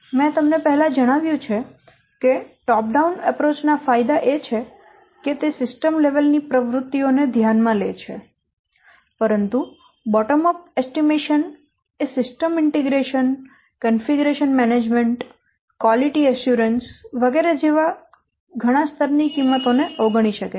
મેં તમને પહેલા જણાવ્યું કે ટોપ ડાઉન અભિગમ ના ફાયદા એ છે કે તે સિસ્ટમ લેવલ ની પ્રવૃત્તિઓ ને ધ્યાનમાં લે છે પરંતુ બોટમ અપ અંદાજ સિસ્ટમ ઇન્ટિગ્રેશન કન્ફિગરેશન મેનેજમેન્ટ ગુણવત્તા ખાતરી વગેરે જેવા ઘણાં સ્તર ની કિંમતો ને અવગણી શકે છે